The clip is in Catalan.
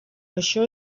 això